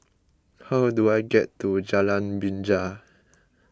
how do I get to Jalan Binja